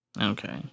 Okay